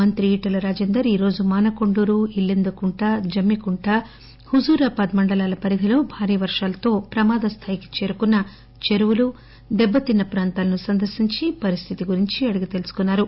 మంత్రి ఈటల రాజేందర్ ఈ రోజు మానకొండూరు ఇళ్లందకుంట జమ్మికుంట హుజురాబాద్ మండలాల పరిధిలో భారీ వర్హాలతో ప్రమాద స్థాయికి చేరుకున్న చెరువులు దెబ్బతిన్న ప్రాంతాలను సందర్భించి పరిస్థితిని అడిగి తెలుసుకున్నారు